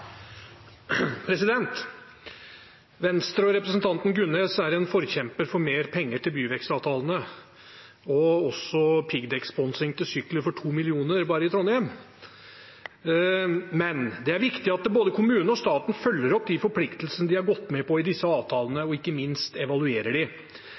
en forkjemper for mer penger til byvekstavtalene og også piggdekksponsing til sykler for 2 mill. kr bare i Trondheim. Men det er viktig at både kommunen og staten følger opp de forpliktelsene de har gått med på i disse